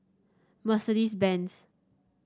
Mercedes Benz